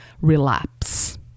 relapse